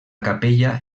capella